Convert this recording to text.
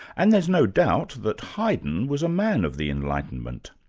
and there's no doubt that haydn was a man of the enlightenment.